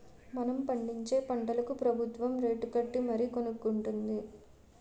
మనం పండించే పంటలకు ప్రబుత్వం రేటుకట్టి మరీ కొనుక్కొంటుంది